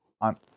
on